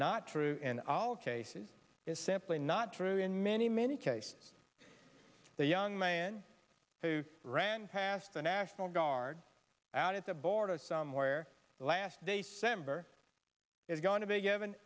not true in all cases is simply not true in many many cases the young man who ran past the national guard out at the border somewhere the last day center is going to be given